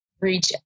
reach